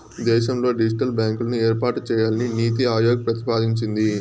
దేశంలో డిజిటల్ బ్యాంకులను ఏర్పాటు చేయాలని నీతి ఆయోగ్ ప్రతిపాదించింది